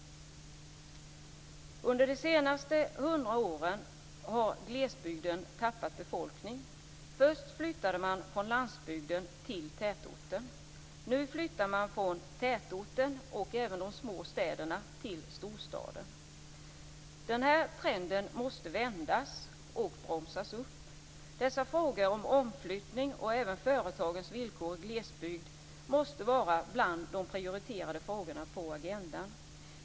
Under de senaste 100 åren har glesbygden tappat befolkning. Först flyttade man från landsbygden till tätorten, och nu flyttar man från tätorten och även de små städerna till storstaden. Denna trend måste vändas och bromsas upp. Dessa frågor om omflyttning och även företagens villkor i glesbygd måste vara bland de prioriterade frågorna på agendan.